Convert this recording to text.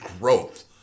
growth